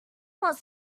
more